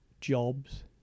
jobs